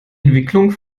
entwicklung